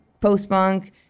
post-punk